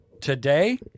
today